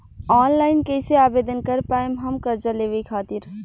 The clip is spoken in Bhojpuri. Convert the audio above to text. ऑनलाइन कइसे आवेदन कर पाएम हम कर्जा लेवे खातिर?